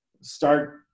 start